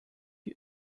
you